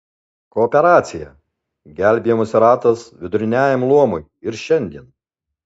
kooperacija gelbėjimosi ratas viduriniajam luomui ir šiandien